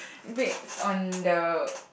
based on the